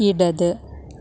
ഇടത്